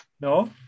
No